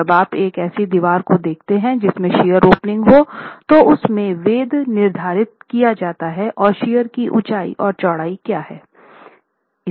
जब आप एक ऐसी दिवार को देखते हैं जिसमे शियर ओपनिंग हो तो उसमे वेध निर्धारित किया जाता है कि शियर की ऊंचाई और चौड़ाई क्या है